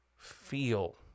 feel